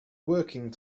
working